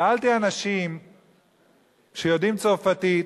שאלתי אנשים שיודעים צרפתית,